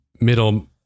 middle